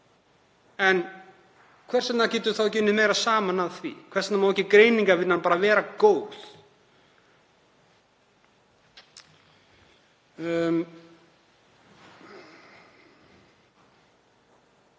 En hvers vegna getum við þá ekki unnið meira saman að því? Hvers vegna má ekki greiningarvinnan bara vera góð?